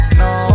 no